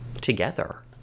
together